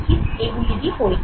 এগুলিরই পরীক্ষা হয়